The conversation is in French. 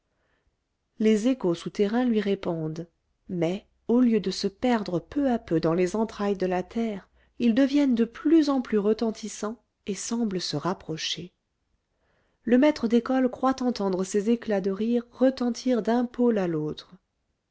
les échos souterrains lui répondent mais au lieu de se perdre peu à peu dans les entrailles de la terre ils deviennent de plus en plus retentissants et semblent se rapprocher le maître d'école croit entendre ces éclats de rire retentir d'un pôle à l'autre